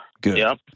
Good